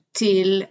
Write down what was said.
till